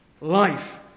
Life